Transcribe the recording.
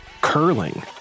curling